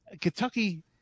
Kentucky